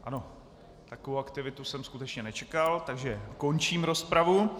Ano, takovou aktivitu jsem skutečně nečekal, takže končím rozpravu.